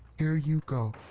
here you go!